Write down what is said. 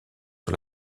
sur